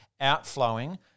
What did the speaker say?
outflowing